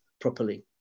properly